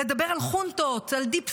לדבר על חונטות, על deep state,